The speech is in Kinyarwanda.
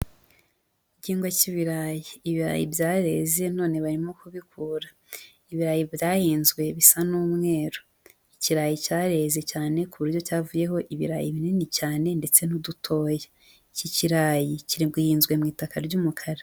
Igihingwa cy'ibirayi, ibirayi byareze none barimo kubikura, ibirayi byahinzwe bisa n'umweru, ikirayi cyareze cyane ku buryo cyavuyeho ibirayi binini cyane ndetse n'udutoya, iki kirayi gihinzwe mu itaka ry'umukara.